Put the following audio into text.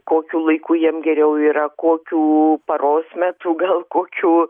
kokiu laiku jiem geriau yra kokiu poros metu gal kokiu